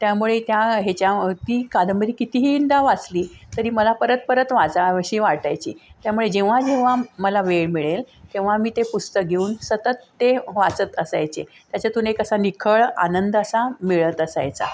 त्यामुळे त्या ह्याच्या ती कादंबरी कितीदा वाचली तरी मला परत परत वाचावीशी वाटायची त्यामुळे जेव्हा जेव्हा मला वेळ मिळेल तेव्हा मी ते पुस्तक घेऊन सतत ते वाचत असायचे त्याच्यातून एक असा निखळ आनंद असा मिळत असायचा